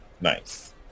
nice